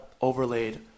overlaid